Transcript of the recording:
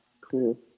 Cool